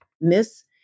miss